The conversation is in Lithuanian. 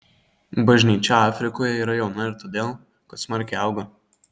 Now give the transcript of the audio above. bažnyčia afrikoje yra jauna ir todėl kad smarkiai auga